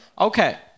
Okay